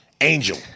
Angel